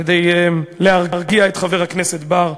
כדי להרגיע את חבר הכנסת בר,